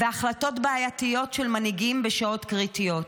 והחלטות בעייתיות של מנהיגים בשעות קריטיות.